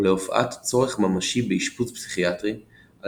או להופעת צורך ממשי באשפוז פסיכיאטרי על